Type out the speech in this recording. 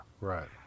right